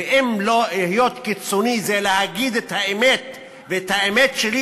ואם להיות קיצוני זה להגיד את האמת ואת האמת שלי,